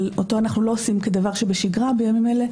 אותו אנחנו לא עושים כדבר שבשגרה בימים אלה,